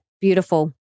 Beautiful